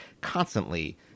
constantly